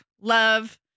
love